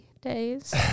days